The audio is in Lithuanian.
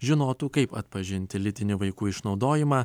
žinotų kaip atpažinti lytinį vaikų išnaudojimą